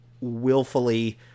willfully